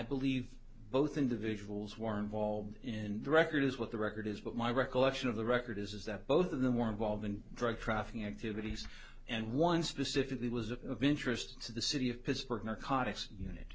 believe both individuals who are involved in the record is what the record is but my recollection of the record is that both of them were involved in drug trafficking activities and one specifically was of interest to the city of pittsburgh